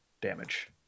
damage